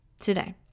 today